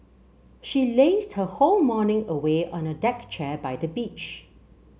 she lazed her whole morning away on a deck chair by the beach